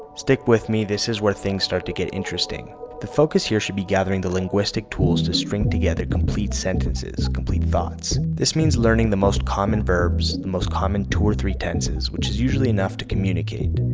stick with me, this is where things start to get interesting. the focus here should be gathering the linguistic tools to string together complete sentences, complete thoughts. this means learning the most common verbs, the most common two or three tenses, which is usually enough to communicate,